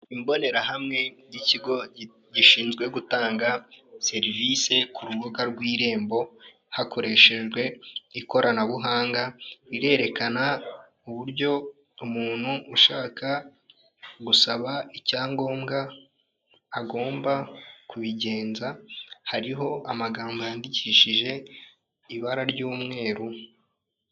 Imbonerahamwe y'ikigo gishinzwe gutanga serivisi ku rubuga rw'irembo hakoreshejwe ikoranabuhanga, irerekana uburyo umuntu ushaka gusaba icyangombwa agomba kubigenza, hariho amagambo yandikishije ibara ry'umweru.